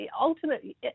Ultimately